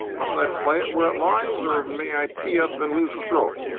must i play it where it lies, or may i tee up and lose a stroke?